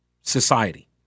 society